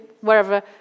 wherever